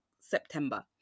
September